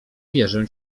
wierzę